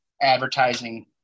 advertising